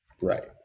Right